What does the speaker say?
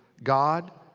god,